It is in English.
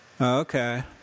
Okay